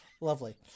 lovely